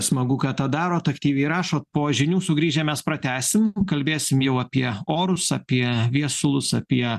smagu kad tą darot aktyviai rašot po žiniu sugrįžę mes pratęsim kalbėsim jau apie orus apie viesulus apie